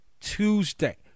Tuesday